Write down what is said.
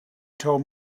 told